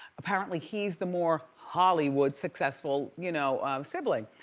apparently he's the more hollywood successful you know sibling.